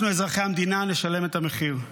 אנחנו, אזרחי המדינה, נשלם את המחיר.